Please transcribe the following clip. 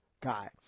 guy